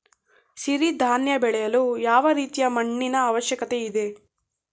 ಸಿರಿ ಧಾನ್ಯ ಬೆಳೆಯಲು ಯಾವ ರೀತಿಯ ಮಣ್ಣಿನ ಅವಶ್ಯಕತೆ ಇದೆ?